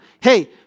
hey